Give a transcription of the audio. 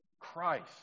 Christ